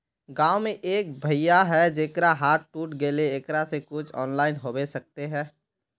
गाँव में एक भैया है जेकरा हाथ टूट गले एकरा ले कुछ ऑनलाइन होबे सकते है?